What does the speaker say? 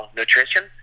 nutrition